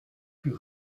plus